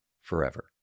forever